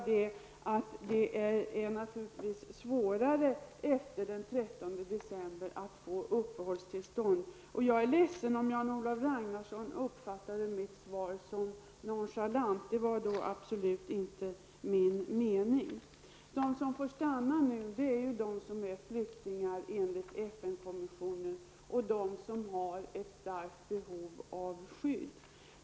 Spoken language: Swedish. Det är naturligvis svårare efter den 13 december att få uppehållstillstånd. Jag är ledsen om Jan-Olof Ragnarsson uppfattade mitt svar som nonchalant. Det var absolut inte min mening att vara nonchalant. De som får stanna är sådana som enligt FN-konventionen är flyktingar och de som har ett starkt behov av skydd.